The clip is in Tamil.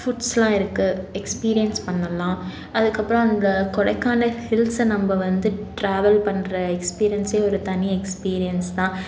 ஃபுட்ஸ்லாம் இருக்கு எக்ஸ்பீரியன்ஸ் பண்ணலாம் அதுக்கு அப்புறம் அந்த கொடைக்கானல் ஹில்ஸை நம்ம வந்து ட்ராவல் பண்ணுற எக்ஸ்பீரியன்ஸே ஒரு தனி எக்ஸ்பீரியன்ஸ் தான்